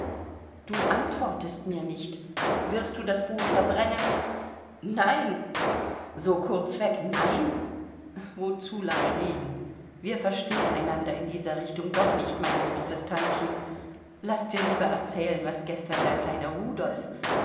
du antwortest mir nicht wirst du das buch verbrennen nein so kurzweg nein wozu lange reden wir verstehen einander in dieser richtung doch nicht mein liebstes tantchen laß dir lieber erzählen was gestern der kleine rudolf